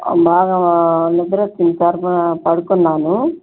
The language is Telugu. బాగా నిద్ర వచ్చింది సార్ పడుకున్నాను